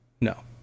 No